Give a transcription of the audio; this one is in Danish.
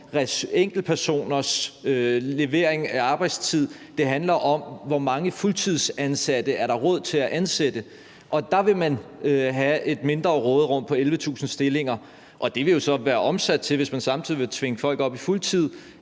enkeltpersoners levering af arbejdstid, det handler om, hvor mange fuldtidsansatte der er råd til at ansætte. Der vil man have et mindre råderum på 11.000 stillinger, og det vil jo så blive omsat til, hvis man samtidig vil tvinge folk op på fuld tid,